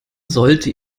sollte